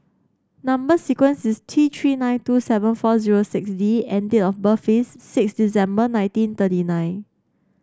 number sequence is T Three nine two seven four zero six D and date of birth is six December nineteen thirty nine